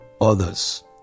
others